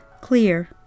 Clear